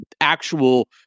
actual